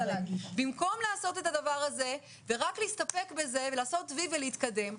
במקום לעשות את הדבר הזה ורק להסתפק בזה ולעשות וי ולהתקדם,